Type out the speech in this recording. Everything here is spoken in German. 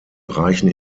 reichen